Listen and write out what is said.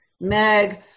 Meg